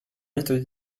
vite